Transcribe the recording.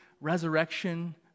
resurrection